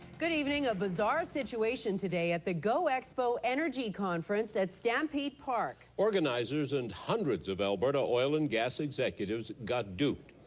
good evening. a bizarre situation today at the go-expo energy conference at stampede park. organizers and hundreds of alberta oil and gas executives got duped.